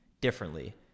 differently